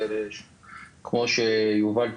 כמו שיובל ציין,